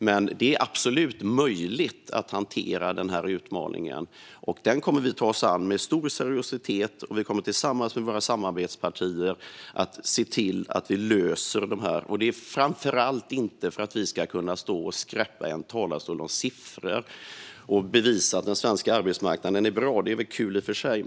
Men det är absolut möjligt att hantera denna utmaning. Den kommer vi att ta oss an med stor seriositet, och vi kommer tillsammans med våra samarbetspartier att se till att vi löser detta. Det är framför allt inte för att vi ska kunna stå och skräppa i en talarstol om siffror och bevisa att den svenska arbetsmarknaden är bra. Det är i och för sig kul.